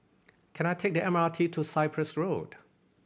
can I take the M R T to Cyprus Road